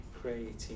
creating